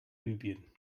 libyen